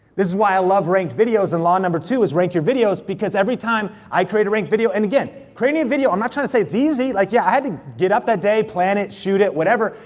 is why i love ranked videos and law number two is rank your videos, because every time i create a ranked video, and again, creating a video, i'm not trying to say it's easy. like, yeah, i had to get up that day, plan it, shoot it, whatever,